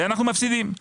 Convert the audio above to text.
ואנחנו מפסידים.